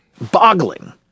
boggling